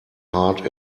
heart